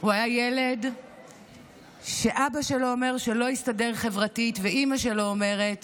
הוא היה ילד שאבא שלו אומר שלא הסתדר חברתית ואימא שלו אומרת